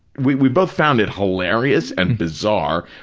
we we both found it hilarious and bizarre,